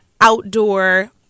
outdoor